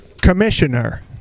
commissioner